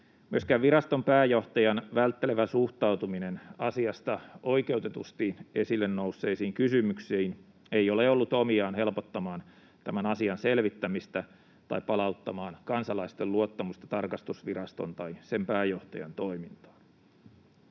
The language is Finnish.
Myöskään viraston pääjohtajan välttelevä suhtautuminen asiasta oikeutetusti esille nousseisiin kysymyksiin ei ole ollut omiaan helpottamaan tämän asian selvittämistä tai palauttamaan kansalaisten luottamusta tarkastusviraston tai sen pääjohtajan toimintaan.